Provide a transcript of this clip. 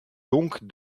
donc